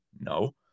No